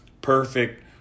perfect